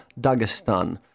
Dagestan